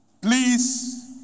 Please